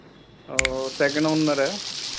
second owner ਹੈ